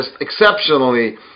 exceptionally